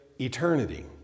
eternity